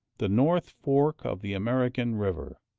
the north fork of the american river,